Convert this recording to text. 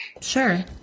Sure